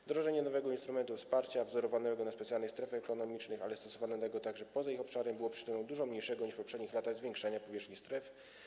Wdrożenie nowego instrumentu wsparcia wzorowanego na działaniu specjalnych stref ekonomicznych, ale stosowanego także poza ich obszarem, było przyczyną dużo mniejszego niż w poprzednich latach zwiększania powierzchni stref.